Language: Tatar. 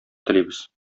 телибез